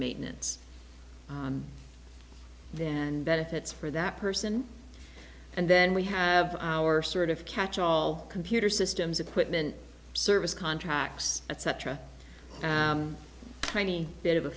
maintenance then benefits for that person and then we have our sort of catch all computer systems equipment service contracts etc tiny bit of a